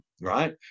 right